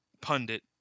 pundit